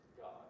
God